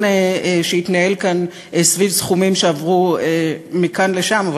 שהתנהל כאן סביב סכומים שעברו מכאן לשם,